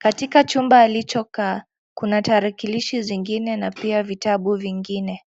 katika chumba alicho kaa, kuna tarakilishi zingine na pia vitabu vingine.